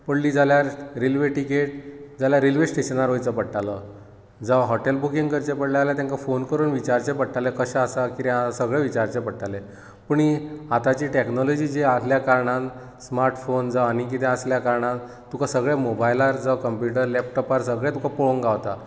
पडली जाल्यार railway ticket जाल्यार रेल्वे स्टेशनार वयचो पडटालो जावं हॉटेल बुकींग करचें पडलें जाल्यार तेंका फोन करून विचारचें पडटाले कशें आसा कितें आसा हें सगळें विचारचें पडटाले पूण ही आतांची टॅक्नॉलोजी जी आसल्या कारणान स्मार्टफोन जावं आनी कितें आसल्या कारणान तुका सगळें मोबायलार जावं कंप्युटर लेप्टोपार सगळें तुकां पळोवंक गांवता